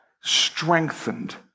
strengthened